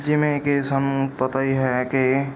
ਜਿਵੇਂ ਕਿ ਸਾਨੂੰ ਪਤਾ ਹੀ ਹੈ ਕਿ